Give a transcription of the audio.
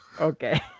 Okay